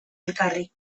elkarri